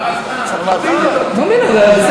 נגמר הזמן.